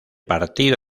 partido